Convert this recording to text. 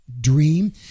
dream